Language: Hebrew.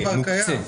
מוקצה.